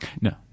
No